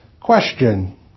Question